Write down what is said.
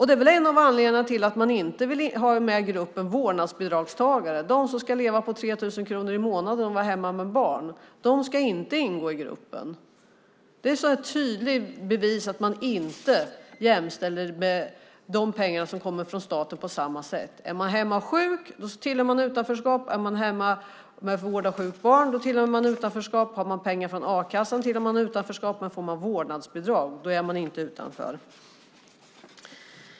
Det är väl en av anledningarna till att man inte vill ha med gruppen vårdnadsbidragstagare. De som ska leva på 3 000 kronor i månaden och vara hemma med barn ska inte ingå i gruppen. Det är ett tydligt bevis att man inte jämställer det och ser de pengar som kommer från staten på samma sätt. Är man hemma och är sjuk hör man till utanförskapet. Är man hemma för vård av sjukt barn hör man till utanförskapet. Har man pengar från a-kassan hör man till utanförskapet. Men får man vårdnadsbidrag är man inte utanför.